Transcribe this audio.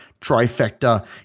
trifecta